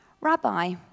Rabbi